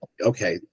okay